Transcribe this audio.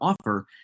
offer